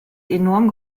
enorm